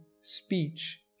speech